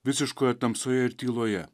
visiškoje tamsoje ir tyloje